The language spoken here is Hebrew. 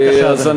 בבקשה, אדוני.